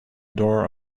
door